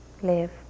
live